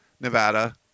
Nevada